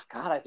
God